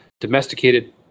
domesticated